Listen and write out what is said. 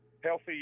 healthy